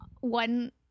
one